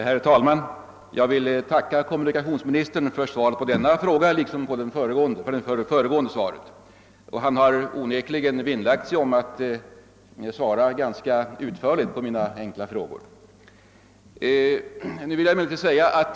Herr talman! Jag vill tacka kommunikationsministern för svaret på denna fråga liksom för det föregående svaret. Han har onekligen vinnlagt sig om att svara ganska utförligt på mina enkla frågor.